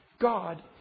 God